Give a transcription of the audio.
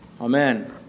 Amen